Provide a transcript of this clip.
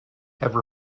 have